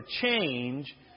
change